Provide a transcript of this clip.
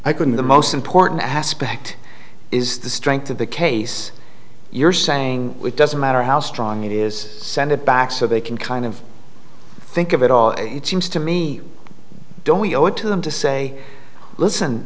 i couldn't the most important aspect is the strength of the case you're saying it doesn't matter how strong it is send it back so they can kind of think of it all it seems to me don't we owe it to them to say listen